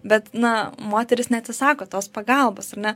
bet na moterys neatsisako tos pagalbos ar ne